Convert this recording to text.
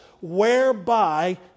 whereby